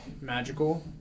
magical